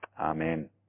Amen